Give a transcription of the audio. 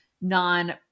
non